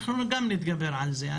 אנחנו נתגבר גם על זה.